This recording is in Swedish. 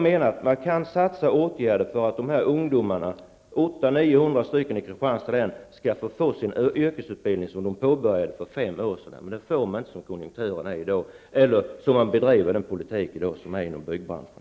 Man kan sätta in åtgärder för att de här ungdomarna -- mellan 800 och 900 i Kristianstads län -- skall kunna avsluta den yrkesutbildning de påbörjade för fem år sedan, men detta går inte såsom konjunkturen är i dag och såsom man i dag bedriver politik inom byggbranschen.